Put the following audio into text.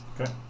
Okay